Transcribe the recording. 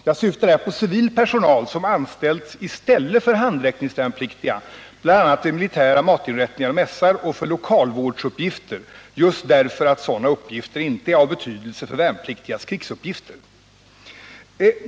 Jag syftar då på civil personal som anställs i stället för handräckningsvärnpliktiga, bl.a. till militära matinrättningar och mässar och för lokalvårdsuppgifter — just därför att sådana uppgifter inte är av betydelse för värnpliktigas krigsuppgifter.